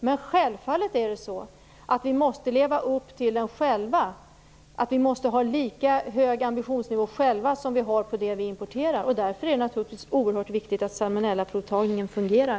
Men självfallet måste vi ha lika hög ambitionsnivå själva som vi har på det som vi importerar. Därför är det naturligtvis oerhört viktigt att salmonellaprovtagningen fungerar.